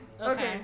Okay